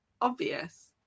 obvious